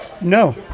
no